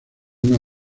una